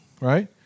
right